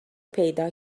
پیدا